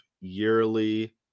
yearly